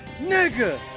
Nigga